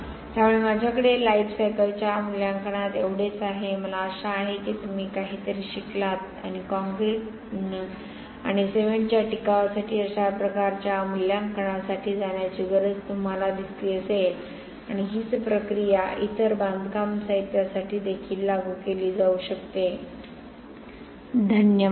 त्यामुळे माझ्याकडे लाइफ सायकलच्या मुल्यांकनात एवढेच आहे मला आशा आहे की तुम्ही काहीतरी शिकलात आणि काँक्रीट आणि सिमेंटच्या टिकावासाठी अशा प्रकारच्या मूल्यांकनासाठी जाण्याची गरज तुम्हाला दिसली असेल आणि हीच प्रक्रिया इतर बांधकाम साहित्यासाठी देखील लागू केली जाऊ शकते धन्यवाद